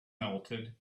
melted